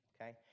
Okay